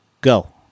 go